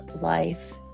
life